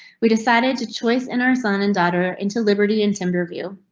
we decided to choice in our son and daughter into liberty in timberview.